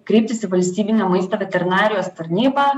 kreiptis į valstybinę maisto veterinarijos tarnybą